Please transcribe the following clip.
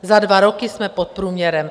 Za dva roky jsme pod průměrem.